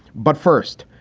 but first,